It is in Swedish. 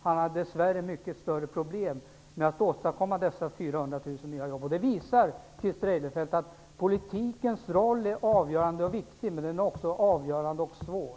Han hade dessvärre mycket större problem med att åstadkomma dessa 400 000 nya jobb. Det visar, Christer Eirefelt, att politikens roll är avgörande och viktig, men den är också avgörande och svår.